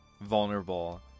vulnerable